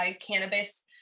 cannabis